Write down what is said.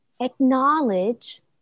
acknowledge